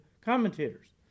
commentators